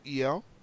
EL